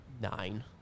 Nine